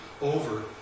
over